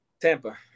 Tampa